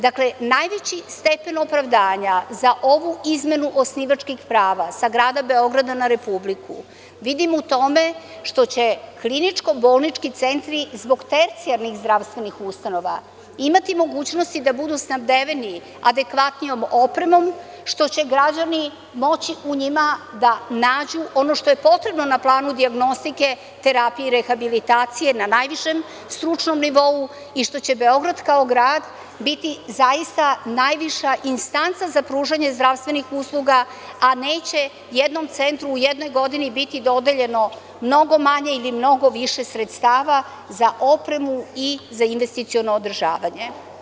Dakle, najveći stepen opravdanja za ovu izmenu osnivačkih prava sa grada Beograda na Republiku vidim u tome što će kliničko-bolnički centri zbog tercijarnih zdravstvenih ustanova imati mogućnosti da budu snabdeveni adekvatnijom opremom, što će građani moći u njima da nađu ono što je potrebno na planu dijagnostike, terapije i rehabilitacije na najvišem stručnom nivou i što će Beograd kao grad biti zaista najviša instanca za pružanje zdravstvenih usluga, a neće jednom centru u jednoj godini biti dodeljeno mnogo manje ili mnogo više sredstava za opremu i za investiciono održavanje.